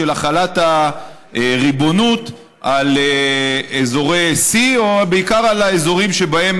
של החלת הריבונות על אזורי C או בעיקר על האזורים שבהם